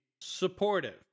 supportive